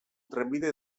trenbide